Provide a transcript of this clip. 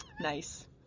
Nice